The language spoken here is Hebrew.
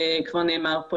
כפי שנאמר כאן,